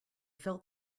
felt